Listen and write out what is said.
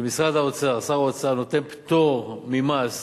שמשרד האוצר, שר האוצר, נותן פטור ממס